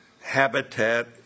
habitat